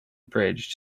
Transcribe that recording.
bridge